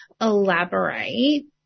elaborate